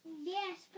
Yes